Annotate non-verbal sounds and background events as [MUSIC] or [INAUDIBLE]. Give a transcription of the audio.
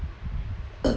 [NOISE]